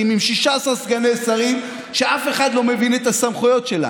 עם 16 סגני שרים שאף אחד לא מבין את הסמכויות שלה.